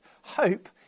hope